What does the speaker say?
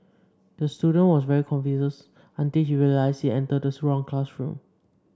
the student was very confused until he realised he entered the wrong classroom